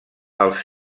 els